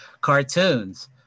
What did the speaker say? cartoons